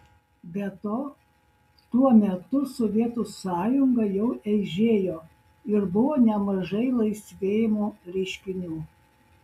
be to tuo metu sovietų sąjunga jau eižėjo ir buvo nemažai laisvėjimo reiškinių